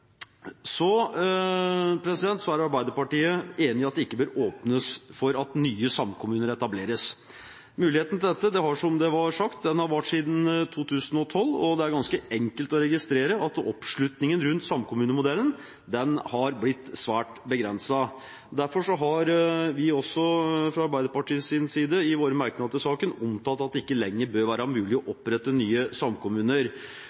er enig i at det ikke bør åpnes for at nye samkommuner etableres. Muligheten for dette har som det ble sagt, vart siden 2012, og det er ganske enkelt å registrere at oppslutningen rundt samkommunemodellen har blitt svært begrenset. Derfor har vi fra Arbeiderpartiets side i våre merknader til saken omtalt at det ikke lenger bør være mulig å